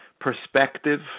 perspective